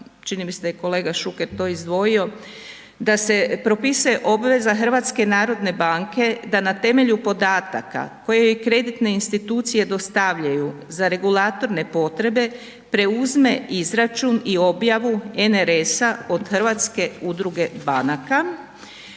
čini mi se da je i kolega Šuker to izdvojio, da se propisuje obveza HNB da na temelju podataka koje i kreditne institucije dostavljaju za regulatorne potrebe preuzme izračun i objavu NRS-a od Hrvatske udruge banaka.